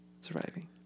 surviving